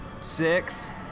six